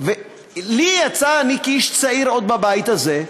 לי יצא, אני כאיש צעיר עוד בבית הזה,